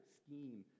scheme